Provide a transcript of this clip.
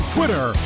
Twitter